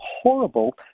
horrible